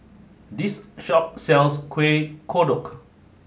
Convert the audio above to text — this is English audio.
this shop sells Kuih Kodok